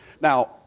Now